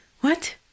What